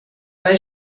bei